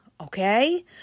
okay